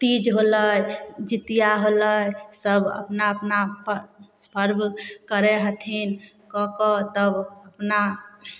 तीज होलय जीतिया होलय सब अपना अपना पर पर्व करय हथिन कऽ कऽ तब अपना